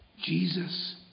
Jesus